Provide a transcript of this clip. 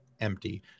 empty